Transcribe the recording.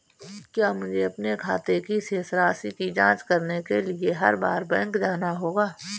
क्या मुझे अपने खाते की शेष राशि की जांच करने के लिए हर बार बैंक जाना होगा?